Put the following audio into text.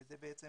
זה בעצם